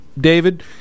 David